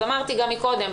אמרתי גם קודם,